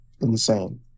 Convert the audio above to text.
insane